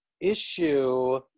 issue